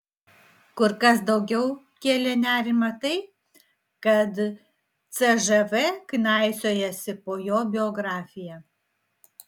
kur kas daugiau kėlė nerimą tai kad cžv knaisiojasi po jo biografiją